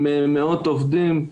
עם מאות עובדים,